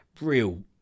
Real